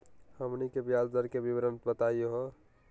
हमनी के ब्याज दर के विवरण बताही हो?